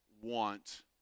want